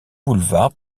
boulevards